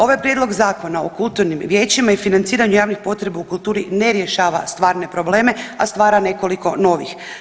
Ovaj prijedlog Zakona o kulturnim vijećima i financiranje javnih potreba u kulturi ne rješava stvarne probleme, a stvara nekoliko novih.